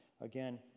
again